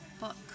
book